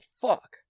fuck